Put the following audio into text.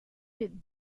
did